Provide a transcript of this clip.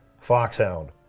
Foxhound